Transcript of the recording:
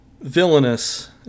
villainous